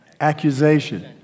Accusation